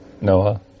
Noah